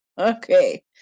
okay